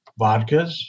vodkas